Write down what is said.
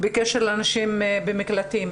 בקשר לנשים במקלטים.